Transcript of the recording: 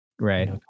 Right